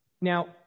Now